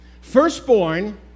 Firstborn